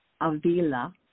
Avila